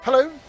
Hello